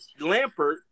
Lampert